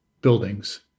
buildings